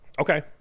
Okay